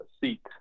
seat